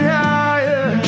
higher